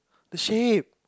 the shape